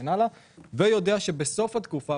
היזם יודע שבסוף התקופה,